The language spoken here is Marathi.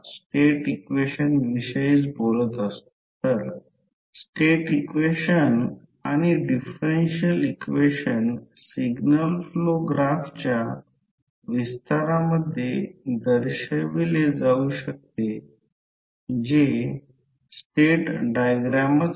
646 मिलिवेबर असेल अगदी सोपे आहे फक्त थोडेसे समजून घ्यावे लागेल तेथे बाकी काहीच नाही सर्किट आकृती बघून फक्त फ्लक्सची दिशा पहा अँपिअर टर्न पहा आणि सर्व रिलक्टन्सचे मूल्य योग्यरित्या मोजा आणि मग ते अचूक उत्तर मिळेल प्रत्यक्षात बाकी काहीही नाही